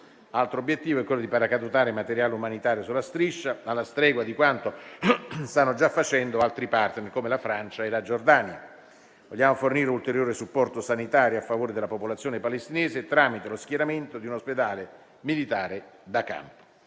Altro obiettivo è quello di paracadutare materiale umanitario sulla Striscia, alla stregua di quanto stanno già facendo altri *partner* come la Francia e la Giordania. Vogliamo fornire ulteriore supporto sanitario a favore della popolazione palestinese tramite lo schieramento di un ospedale militare da campo.